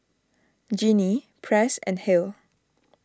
Genie Press and Hale